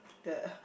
the